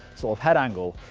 sort of head angle.